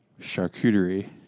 charcuterie